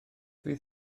fydd